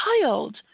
child